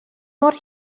mor